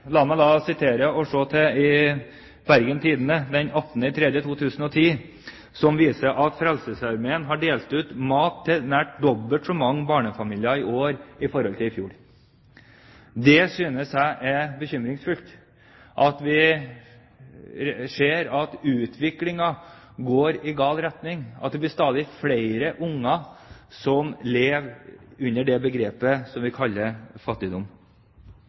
i Bergens Tidende 27. februar 2010 viser at Frelsesarmeen har delt ut mat til nær dobbelt så mange barnefamilier i år i forhold til i fjor. Jeg synes det er bekymringsfullt at vi ser at utviklingen går i gal retning, at det blir stadig flere unger som lever under det begrepet som vi kaller fattigdom.